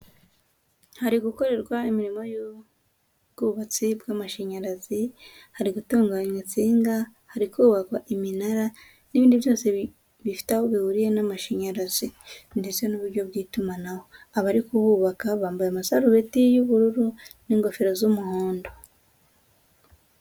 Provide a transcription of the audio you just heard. Hari gukorerwa imirimo y'ubwubatsi bw'amashanyarazi, hari gutunganywa insinga, hari kubakwa iminara n'ibindi byose bifite aho bihuriye n'amashanyarazi ndetse n'uburyo bw'itumanaho, abari kuhubaka bambaye amasarubeti y'ubururu n'ingofero z'umuhondo.